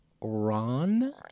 Ron